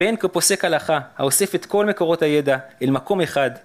והן כפוסק הלכה, האוסף את כל מקורות הידע אל מקום אחד.